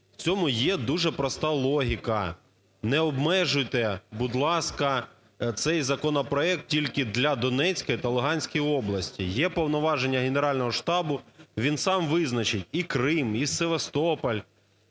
В цьому є дуже проста логіка: не обмежуйте, будь ласка, цей законопроект тільки для Донецької та Луганської області. Є повноваження Генерального штабу, він сам визначить і Крим, і Севастополь